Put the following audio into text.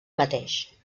mateix